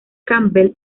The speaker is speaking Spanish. campbell